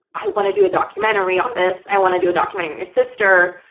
i wanna do a documentary on this. i wanna do a documentary of your sister.